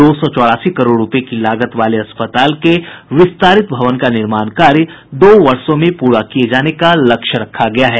दो सौ चौरासी करोड़ रूपये की लागत वाले अस्पताल के विस्तारित भवन का निर्माण कार्य दो वर्षों में पूरा किये जाने का लक्ष्य रखा गया है